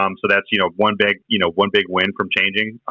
um so that's, you know, one big you know one big win from changing,